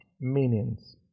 meanings